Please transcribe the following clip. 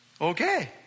Okay